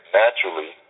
naturally